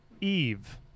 Eve